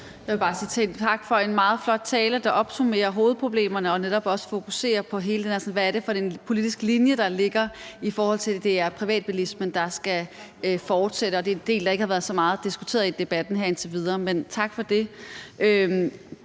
Jeg vil bare sige tak for en meget flot tale, der opsummerer hovedproblemerne og netop også fokuserer på alt det her med, hvad det er for en politisk linje, der ligger, i forhold til at det er privatbilismen, der skal fortsætte. Det er en del, der ikke har været så meget diskuteret i debatten indtil videre, så tak for det.